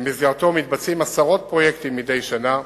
ובמסגרתו מתבצעים עשרות פרויקטים מדי שנה,